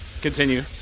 Continue